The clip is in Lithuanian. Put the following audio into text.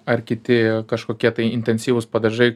ar kiti kažkokie tai intensyvūs padažai